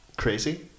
Crazy